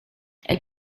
elle